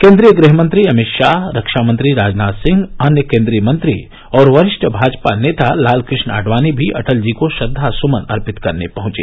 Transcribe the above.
केन्द्रीय गृह मंत्री अमित शाह रक्षा मंत्री राजनाथ सिंह अन्य केंद्रीय मंत्री और वरिष्ठ भाजपा नेता लालकृष्ण आडवाणी भी अटल जी को श्रद्वा सुमन अर्पित करने पहुंचे